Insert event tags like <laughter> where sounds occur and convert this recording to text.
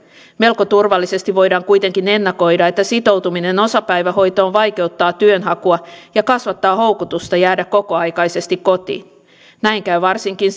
melko turvallisesti voidaan kuitenkin ennakoida että sitoutuminen osapäivähoitoon vaikeuttaa työnhakua ja kasvattaa houkutusta jäädä kokoaikaisesti kotiin näin käy varsinkin <unintelligible>